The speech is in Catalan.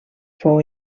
fou